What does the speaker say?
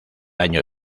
año